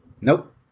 nope